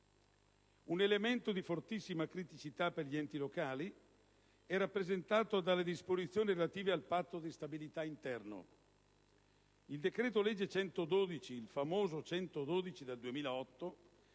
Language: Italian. Un elemento di fortissima criticità per gli enti locali è rappresentato dalle disposizioni relative al Patto di stabilità interno. Il famoso decreto-legge n. 112 del 2008